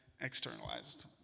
externalized